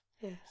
Yes